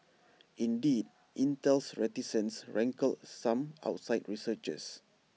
indeed Intel's reticence rankled some outside researchers